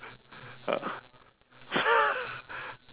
ah